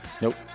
Nope